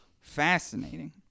Fascinating